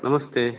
ನಮಸ್ತೆ